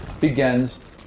begins